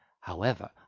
However